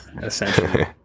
essentially